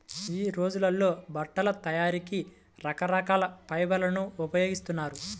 యీ రోజుల్లో బట్టల తయారీకి రకరకాల ఫైబర్లను ఉపయోగిస్తున్నారు